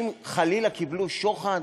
כשלים כאלה שאנשים חלילה קיבלו שוחד,